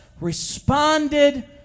responded